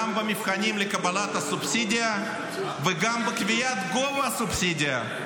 גם במבחנים לקבלת הסובסידיה וגם בקביעת גובה הסובסידיה.